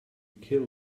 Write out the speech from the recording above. kill